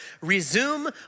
resume